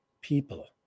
people